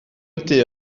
ydy